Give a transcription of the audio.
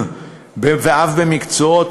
ואף במקצועות,